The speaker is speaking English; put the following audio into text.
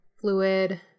fluid